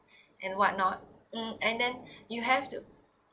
and what not mm and then you have to